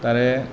তাৰে